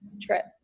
trip